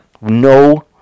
no